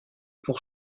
pour